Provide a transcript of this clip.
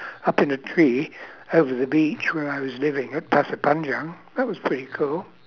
up in a tree over the beach where I was living at pasir panjang that was pretty cool